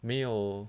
没有